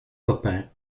copain